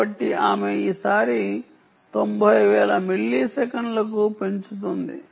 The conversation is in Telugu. కాబట్టి ఆమె ఈసారి తొంభై వేల మిల్లీసెకన్లకు పెంచుతుంది